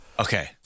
Okay